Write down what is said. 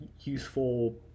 useful